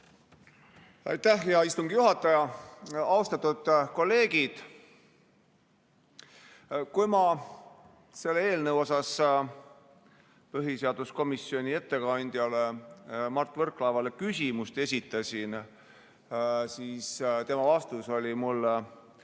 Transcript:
Aitäh, hea istungi juhataja! Austatud kolleegid! Kui ma selle eelnõu kohta põhiseaduskomisjoni ettekandjale Mart Võrklaevale küsimuse esitasin, siis tema vastus mulle